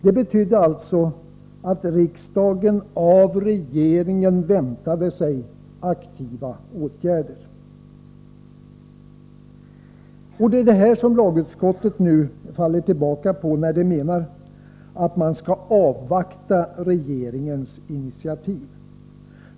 Det betydde alltså att riksdagen av regeringen väntade sig aktiva åtgärder. Det är detta som lagutskottet nu faller tillbaka på, när det menar att man skall avvakta regeringens initiativ.